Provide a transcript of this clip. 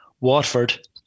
Watford